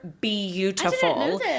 beautiful